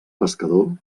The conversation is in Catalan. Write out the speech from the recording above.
pescador